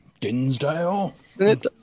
Dinsdale